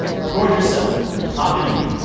record yourself talking to me.